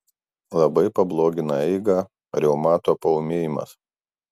labai pablogina eigą reumato paūmėjimas